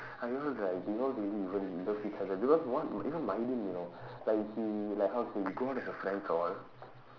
I don't know like do you all even really love each other because what even my name you know like he like how to say we go out as her friends all